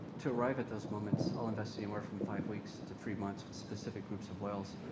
to arrive at those moments, i'll invest anywhere from five weeks to three months, with specific groups of whales,